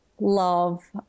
love